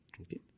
Okay